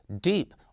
deep